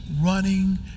running